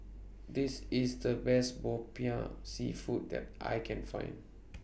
This IS The Best Popiah Seafood that I Can Find